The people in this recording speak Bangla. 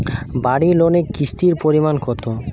বাড়ি লোনে কিস্তির পরিমাণ কত?